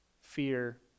fear